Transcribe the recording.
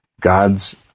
God's